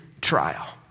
trial